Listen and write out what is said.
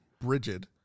Bridget